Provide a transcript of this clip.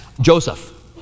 joseph